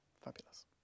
Fabulous